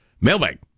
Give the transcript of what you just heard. Mailbag